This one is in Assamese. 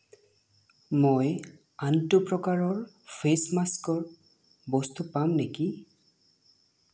মই আনটো প্ৰকাৰৰ ফেচ মাস্কৰ বস্তু পাম নেকি